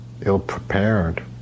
ill-prepared